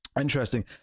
Interesting